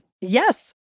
Yes